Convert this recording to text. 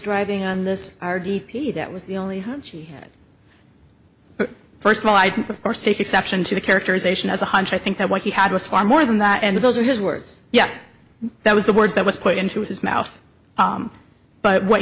driving on this r g p that was the only home she had first of all i'd of course take exception to the characterization as a hunch i think that what he had was far more than that and those are his words yes that was the word that was put into his mouth but what